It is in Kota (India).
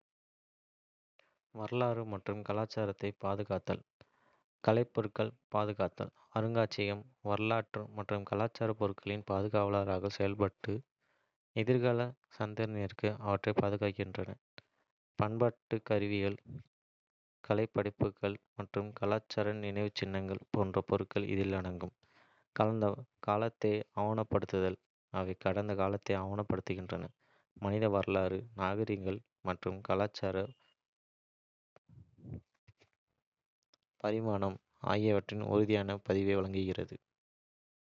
வரலாறு மற்றும் கலாச்சாரத்தைப் பாதுகாத்தல். கலைப்பொருட்களைப் பாதுகாத்தல, அருங்காட்சியகங்கள் வரலாற்று மற்றும் கலாச்சார கலைப்பொருட்களின் பாதுகாவலர்களாக செயல்பட்டு எதிர்கால சந்ததியினருக்காக அவற்றைப் பாதுகாக்கின்றன. பண்டைய கருவிகள், கலைப்படைப்புகள் மற்றும் கலாச்சார நினைவுச்சின்னங்கள் போன்ற பொருட்கள் இதில் அடங்கும். கடந்த காலத்தை ஆவணப்படுத்துதல் அவை கடந்த காலத்தை ஆவணப்படுத்துகின்றன, மனித வரலாறு, நாகரிகங்கள் மற்றும் கலாச்சார பரிணாமம் ஆகியவற்றின் உறுதியான பதிவை வழங்குகின்றன.